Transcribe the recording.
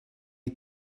ate